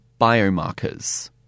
biomarkers